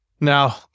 Now